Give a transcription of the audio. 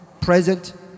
present